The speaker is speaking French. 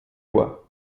bois